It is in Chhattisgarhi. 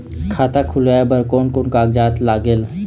खाता खुलवाय बर कोन कोन कागजात लागेल?